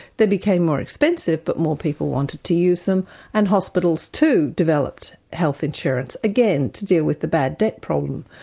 they became more expensive, but more people wanted to use them and hospitals too, developed health insurance, again to deal with the bad debt problem.